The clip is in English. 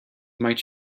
might